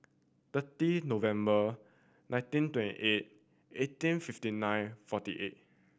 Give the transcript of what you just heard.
thirty November nineteen twenty eight eighteen fifty nine forty eight